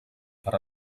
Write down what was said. per